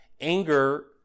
anger